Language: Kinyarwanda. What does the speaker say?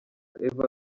eva